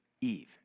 Eve